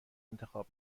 انتخاب